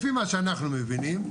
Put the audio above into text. לפי מה שאנחנו מבינים,